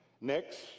Next